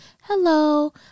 Hello